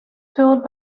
filled